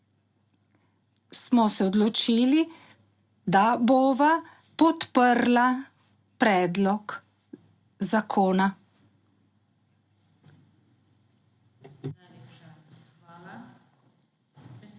smo se odločili, da bova podprla predlog zakona.